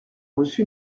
reçu